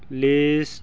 list